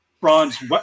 bronze